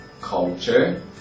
Culture